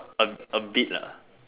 a a bit lah